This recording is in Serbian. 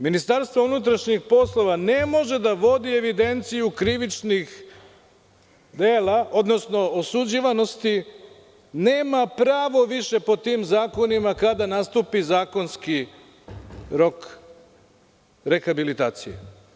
Ministarstvo unutrašnjih poslova ne može da vodi evidenciju krivičnih dela, odnosno osuđivanosti, nema pravo više po tim zakonima kada nastupi zakonski rok rehabilitacije.